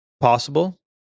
possible